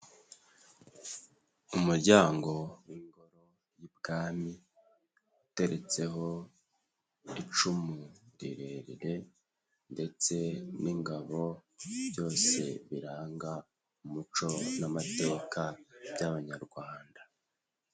Umuryango w'ingoro y'ibwami uteretseho icumu rirerire ndetse n'ingabo, byose biranga umuco n'amateka by'abanyarwanda.